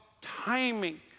timing